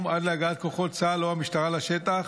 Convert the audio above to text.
עד להגעת כוחות צה"ל או המשטרה לשטח,